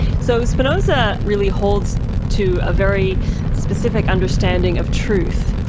so spinoza really holds to a very specific understanding of truth.